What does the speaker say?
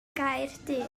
gaerdydd